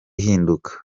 ihinduka